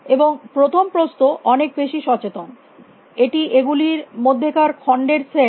এবং প্রথম প্রস্থ অনেক বেশী সচেতন এটি এগুলির মধ্যেকার খন্ডের সেট